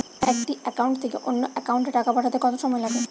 একটি একাউন্ট থেকে অন্য একাউন্টে টাকা পাঠাতে কত সময় লাগে?